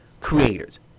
creators